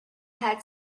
had